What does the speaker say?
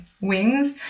wings